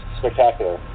spectacular